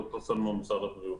אני ד"ר שלמון ממשרד הבריאות.